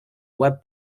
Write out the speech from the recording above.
web